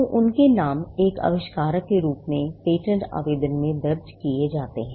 तो उनके नाम एक आविष्कारक के रूप में पेटेंट आवेदन में दर्ज किए जाते हैं